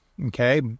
Okay